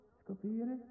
scoprire